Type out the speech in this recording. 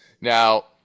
Now